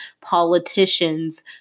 politicians